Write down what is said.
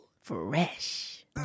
fresh